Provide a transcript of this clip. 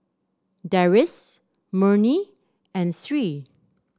Deris Murni and Sri